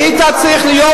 היית צריך להיות.